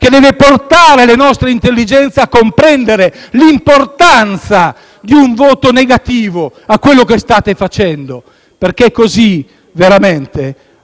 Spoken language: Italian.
che deve portare le nostre intelligenze a comprendere l'importanza di un voto negativo su quello che state facendo, perché così veramente